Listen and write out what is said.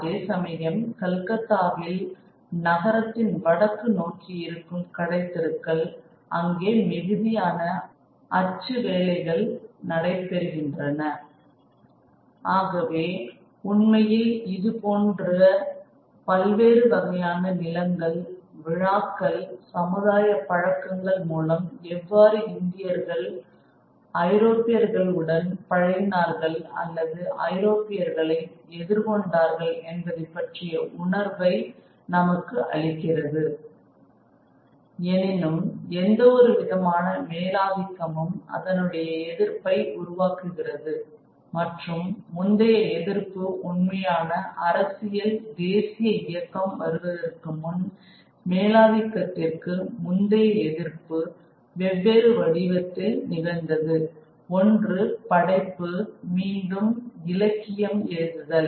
அதேசமயம் கல்கத்தாவில் நகரத்தின் வடக்கு நோக்கி இருக்கும் கடைத் தெருக்கள் அங்கே மிகுதியான அச்சு வேலைகள் நடைபெறுகின்றன ஆகவே உண்மையில் இதுபோன்ற பல்வேறு வகையான நிலங்கள் விழாக்கள் சமுதாய பழக்கங்கள் மூலம் எவ்வாறு இந்தியர்கள் ஐரோப்பியர்கள் உடன் பழகினார்கள் அல்லது ஐரோப்பியர்களை எதிர்கொண்டார்கள் என்பதைப்பற்றிய உணர்வை நமக்கு அளிக்கிறது எனினும் எந்த ஒரு விதமான மேலாதிக்கமும் அதனுடைய எதிர்ப்பை உருவாக்குகிறது மற்றும் முந்தைய எதிர்ப்பு உண்மையான அரசியல் தேசிய இயக்கம் வருவதற்கு முன் மேலாதிக்கத்திற்கு முந்தைய எதிர்ப்பு வெவ்வேறு வடிவத்தில் நிகழ்ந்தது ஒன்று படைப்பு மீண்டும் இலக்கியம் எழுதுதல்